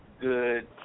good